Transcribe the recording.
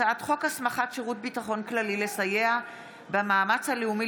הצעת חוק הסמכת שירות הביטחון הכללי לסייע במאמץ הלאומי